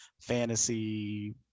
fantasy